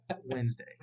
Wednesday